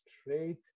straight